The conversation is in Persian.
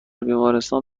بیمارستان